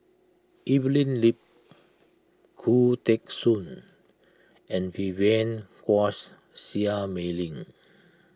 Evelyn Lip Khoo Teng Soon and Vivien Quahe Seah Mei Lin